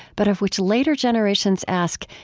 but of which later generations ask,